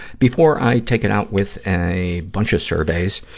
before i take it out with a bunch of surveys,